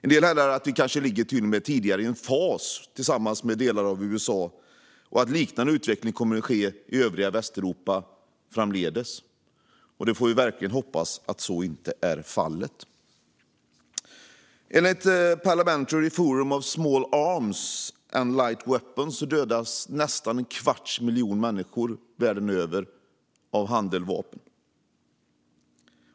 En del hävdar att vi kanske ligger tidigare i en fas tillsammans med delar av USA och att liknande utveckling kommer att ske i övriga Västeuropa framdeles. Vi får verkligen hoppas att så inte är fallet. Enligt The Parliamentary Forum on Small Arms and Light Weapons dödas nästan en kvarts miljon människor varje år världen över av handeldvapen.